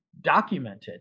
documented